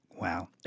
Wow